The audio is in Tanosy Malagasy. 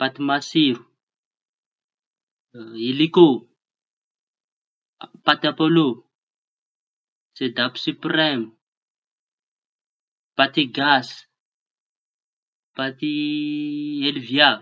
Paty matsiro, i ilikô, a paty apôlô, sedapi sipremy, paty gasy, pa- ty elvià.